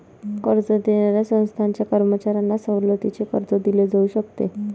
कर्ज देणाऱ्या संस्थांच्या कर्मचाऱ्यांना सवलतीचे कर्ज दिले जाऊ शकते